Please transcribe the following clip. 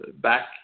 back